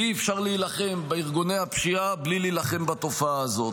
ואי-אפשר להילחם בארגוני הפשיעה בלי להילחם בתופעה הזאת.